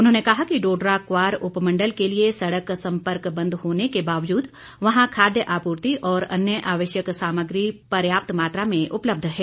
उन्होंने कहा कि डोडराक्वार उपमंडल के लिए सड़क संपर्क बंद होने के बावजूद वहां खाद्य आपूर्ति और अन्य आवश्यक सामग्री पर्याप्त मात्रा में उपलब्ध है